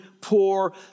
poor